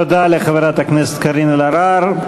תודה לחברת הכנסת קארין אלהרר.